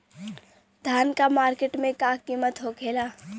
धान क मार्केट में का कीमत होखेला?